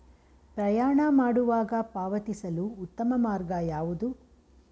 ಪ್ರಯಾಣ ಮಾಡುವಾಗ ಪಾವತಿಸಲು ಉತ್ತಮ ಮಾರ್ಗ ಯಾವುದು?